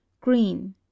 green